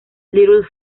little